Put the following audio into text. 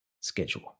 schedule